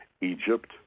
Egypt